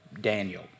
Daniel